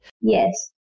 Yes